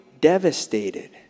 devastated